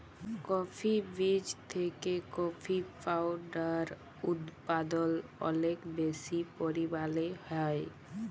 coffee বীজ থেকে coffee powder উদপাদল অলেক বেশি পরিমালে হ্যয়